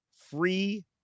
free